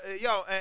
Yo